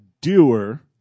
doer